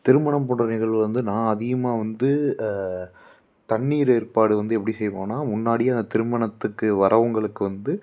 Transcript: திருமணம் போன்ற நிகழ்வு வந்து நான் அதிகமாக வந்து தண்ணீர் ஏற்பாடு வந்து எப்படி செய்வோம்னா முன்னாடியே அந்த திருமணத்துக்கு வரவங்களுக்கு வந்து